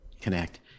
connect